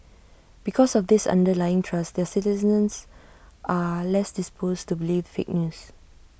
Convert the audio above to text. because of this underlying trust their citizens are less disposed to believe fake news